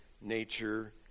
nature